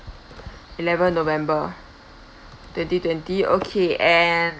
eleven november twenty twenty okay and